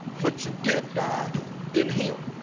but you did die in him.